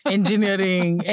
Engineering